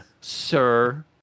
sir